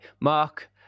mark